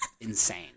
insane